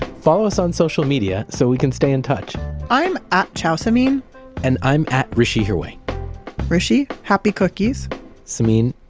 follow us on social media so we can stay in touch i'm at ciao samin and i'm at hrishi hirway hrishi, happy cookies samin,